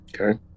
Okay